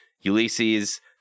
Ulysses